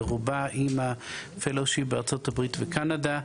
ורובה עם ה-fellowship בארצות הברית וקנדה.